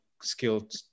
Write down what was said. skilled